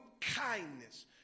kindness